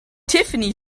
tiffany